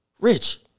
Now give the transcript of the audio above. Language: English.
Rich